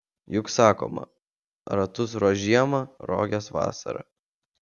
juk sakoma ratus ruošk žiemą roges vasarą